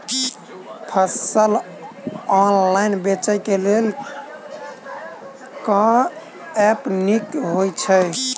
फसल ऑनलाइन बेचै केँ लेल केँ ऐप नीक होइ छै?